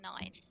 nine